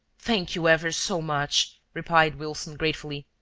thank you ever so much, replied wilson, gratefully.